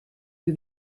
più